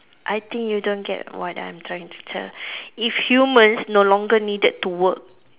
I think you don't get what I'm trying to tell if humans no longer needed to work